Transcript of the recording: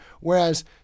Whereas